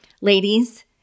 Ladies